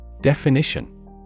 Definition